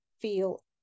feel